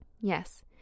Yes